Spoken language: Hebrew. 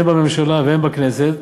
הן בממשלה והן בכנסת,